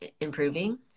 improving